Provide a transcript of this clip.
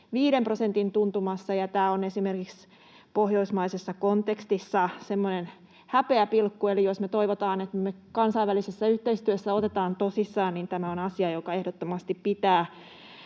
0,5 prosentin tuntumassa, ja tämä on esimerkiksi pohjoismaisessa kontekstissa häpeäpilkku. Eli jos me toivotaan, että meidät kansainvälisessä yhteistyössä otetaan tosissaan, niin tämä on asia, joka ehdottomasti pitää